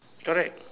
correct